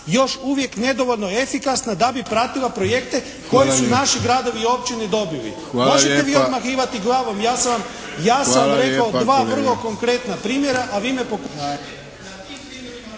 još uvijek nedovoljno efikasna da bi pratila projekte koje su naši gradovi i općine dobili. Možete mi odmahivati glavom, ja sam rekao dva vrlo konkretna primjera, a vi… **Arlović,